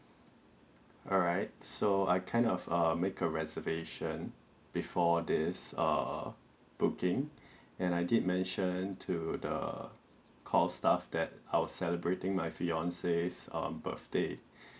alright so I kind of err make a reservation before this err booking and I did mention to the call staff that I was celebrating my fiance's birthday